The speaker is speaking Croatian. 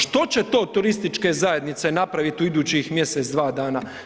Što će to turističke zajednice napraviti u idućih mjesec, dva dana?